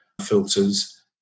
filters